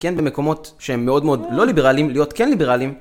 כן במקומות שהם מאוד מאוד לא ליברלים, להיות כן ליברלים.